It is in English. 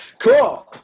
Cool